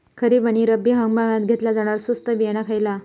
खरीप आणि रब्बी हंगामात घेतला जाणारा स्वस्त बियाणा खयला?